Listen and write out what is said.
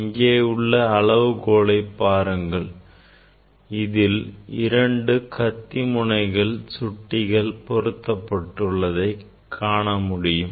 இங்கேயுள்ள அளவுகோலை பாருங்கள் அதில் 2 கத்தி முனை சுட்டிகள் பொருத்தப்பட்டுள்ளதை பார்க்க முடியும்